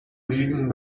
liegen